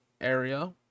area